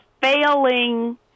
failing